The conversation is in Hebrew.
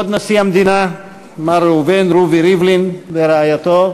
כבוד נשיא המדינה מר ראובן רובי ריבלין ורעייתו,